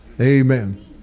Amen